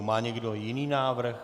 Má někdo jiný návrh?